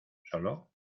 solo